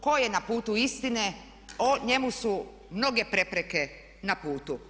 Ko je na putu istine, njemu su mnoge prepreke na putu.